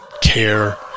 care